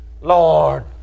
Lord